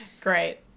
great